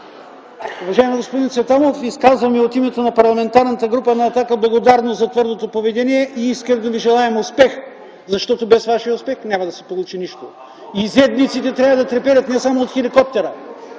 Уважаеми господин Цветанов, от името на парламентарната група на „Атака”, Ви изказвам благодарност за твърдото поведение и искрено Ви желаем успех, защото без вашия успех няма да се получи нищо! Изедниците трябва да треперят не само от хеликоптера,